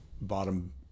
bottom